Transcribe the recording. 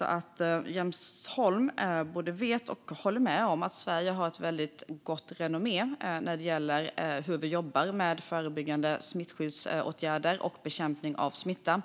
att Jens Holm både vet och håller med om att Sverige har ett väldigt gott renommé när det gäller hur vi jobbar med förebyggande smittskyddsåtgärder och bekämpning av smitta.